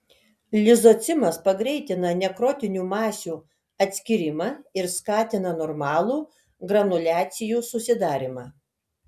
lizocimas pagreitina nekrotinių masių atskyrimą ir skatina normalų granuliacijų susidarymą